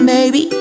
Baby